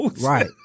Right